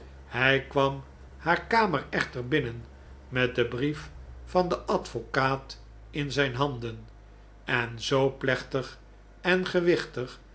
hij kwam haar kamer echter binnen met den brief van den advocaat in zijn handen en zoo plechtig en gewichtig